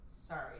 sorry